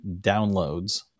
downloads